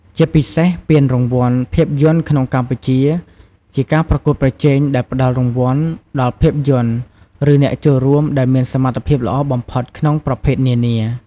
ជាពិសេសពានរង្វាន់ភាពយន្តក្នុងកម្ពុជាជាការប្រកួតប្រជែងដែលផ្តល់រង្វាន់ដល់ភាពយន្ត ឬអ្នកចូលរួមដែលមានសមត្ថភាពល្អបំផុតក្នុងប្រភេទនានា។